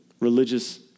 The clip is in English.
Religious